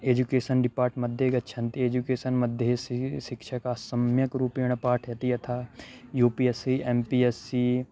education डिपार्ट्मध्ये गच्छन्ति एजुकेशन्मध्ये सि शिक्षकाः सम्यक्रूपेण पाठयन्ति यथा U P S C M P S C